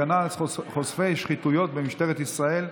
הגנה על חושפי שחיתויות במשטרת ישראל),